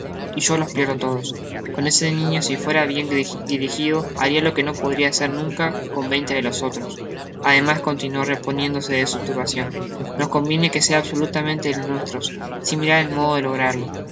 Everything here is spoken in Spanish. y yo los pierdo todos con ese niño si fuera bien dirijido haria lo que no podria hacer nunca con veinte de los otros además continuó reponiéndose de su turbacion nos conviene que sea absolutamente de los nuestros sin mirar el modo de lograrlo